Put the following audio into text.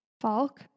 Falk